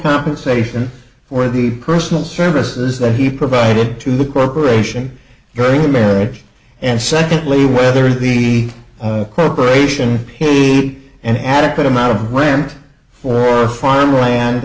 compensation for the personal services that he provided to the corporation during the marriage and secondly whether the corporation be an adequate amount of wind for farm land